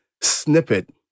snippet